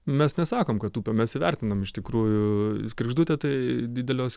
mes nesakom kad mes įvertinam iš tikrųjų kregždutė tai didelios